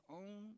own